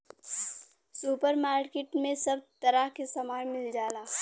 super market में सब तरह के सामान मिल जाला